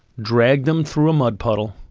dragged him through a mud puddle,